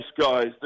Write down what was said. guys